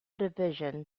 division